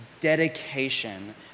dedication